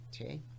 Okay